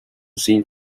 seen